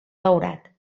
daurat